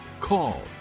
Call